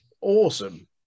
Awesome